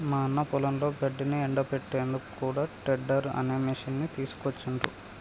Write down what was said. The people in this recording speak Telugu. మా అన్న పొలంలో గడ్డిని ఎండపెట్టేందుకు కూడా టెడ్డర్ అనే మిషిని తీసుకొచ్చిండ్రు